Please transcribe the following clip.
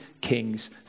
Kings